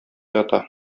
ята